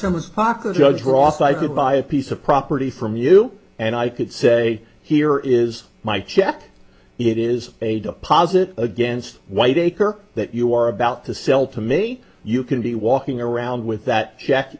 someone's pocket judge ross i could buy a piece of property from you and i could say here is my check it is a deposit against white acre that you are about to sell to me you can be walking around with that check